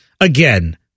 again